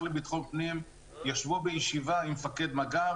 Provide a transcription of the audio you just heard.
לביטחון פנים ישבו בישיבה עם מפקד מג"ב,